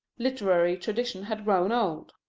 literary tradition had grown old.